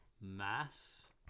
Mass